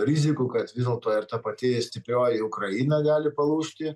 rizikų kad vis dėlto ir ta pati stiprioji ukraina gali palūžti